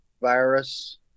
virus